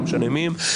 לא משנה מי הם,